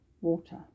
water